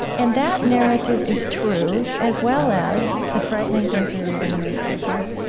and that narrative is true as well as the frightening things we read in the newspaper.